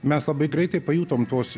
mes labai greitai pajutom tuos